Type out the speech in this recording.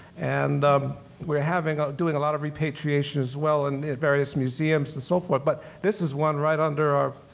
and we're having, doing a lot of repatriation as well in various museums and so forth, but this is one right under our,